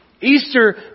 Easter